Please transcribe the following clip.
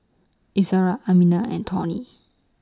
Izora Amina and Tawny